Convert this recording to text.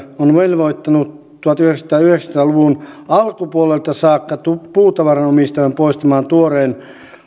on velvoittanut tuhatyhdeksänsataayhdeksänkymmentä luvun alkupuolelta saakka puutavaran omistajan poistamaan tuoreen